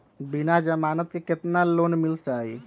बिना जमानत के केतना लोन मिल जाइ?